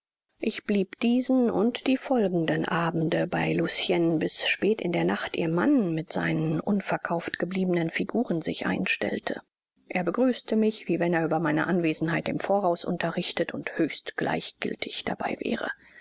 ich blieb diesen und die folgenden abende bei lucien bis spät in der nacht ihr mann mit seinen unverkauft gebliebenen figuren sich einstellte er begrüßte mich wie wenn er über meine anwesenheit im voraus unterrichtet und höchst gleichgiltig dabei wäre